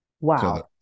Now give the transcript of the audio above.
Wow